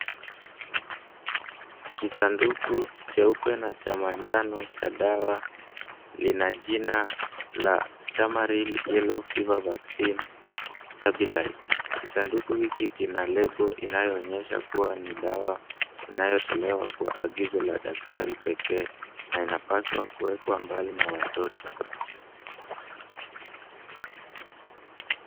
Kisanduku cheupe na cha manjano cha dawa lina jina la Stamaril Yellow Fever Vaccine Stabilised . Kisanduku hiki kina lebo inayoonyesha kuwa ni dawa inayotolewa kwa agizo la daktari pekee na inafaa kuwekwa mbali na watoto.